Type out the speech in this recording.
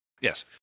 Yes